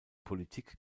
politik